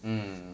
mm